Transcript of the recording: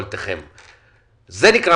הביטחון,